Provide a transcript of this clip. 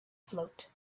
float